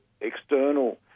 external